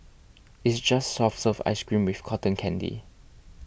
it's just soft serve ice cream with cotton candy